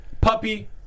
puppy